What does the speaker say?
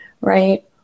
right